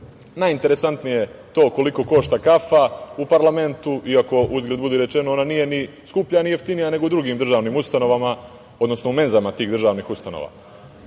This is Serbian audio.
najinteresantnije to koliko košta kafa u parlamentu, iako, uzgred budi rečeno, ona nije ni skuplja, ni jeftinija nego u drugim državnim ustanovama, odnosno u menzama tih državnih ustanova. Takođe,